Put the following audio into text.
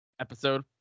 Episode